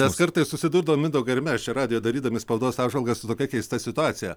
mes kartais susidurdavom mindaugai ir mes čia radijuj darydami spaudos apžvalgą su tokia keista situacija